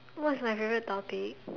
what's my favourite topic